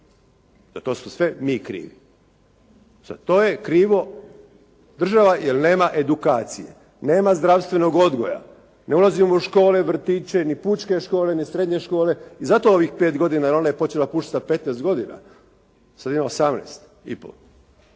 Za to smo sve mi krivi. Za to je krivo država jer nema edukacije. Nema zdravstvenog odgoja. Ne ulazimo u škole, vrtiće ni pučke škole ni srednje škole. I zato ovih 5 godina jer ona je počela pušiti sa 15 godina. Sad ima 18